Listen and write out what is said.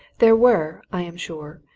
there were, i am sure,